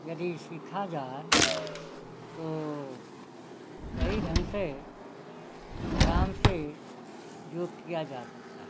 यदि सीखा जाए तो सही ढंग से आराम से योग किया जा सकता है